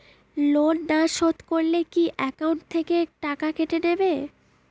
Loan না শোধ করলে কি একাউন্ট থেকে টাকা কেটে নেবে?